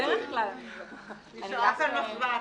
בהקשר הזה,